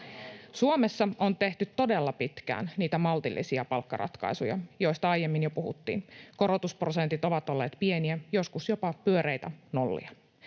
Suomessa on tehty todella pitkään niitä maltillisia palkkaratkaisuja, joista aiemmin jo puhuttiin. Korotusprosentit ovat olleet pieniä, joskus jopa pyöreitä nollia.